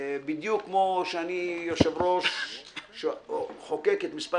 בדיוק כמו שאני יושב-ראש שחוקק את מספר